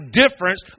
difference